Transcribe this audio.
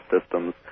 systems